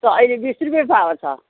छ अहिले बिस रुपियाँ पावा छ